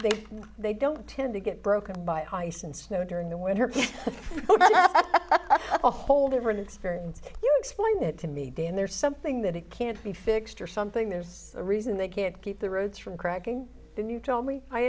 think they don't tend to get broken by ice and snow during the winter a whole different experience you explain it to me and there's something that it can't be fixed or something there's a reason they can't keep the roads from cracking and you tell me i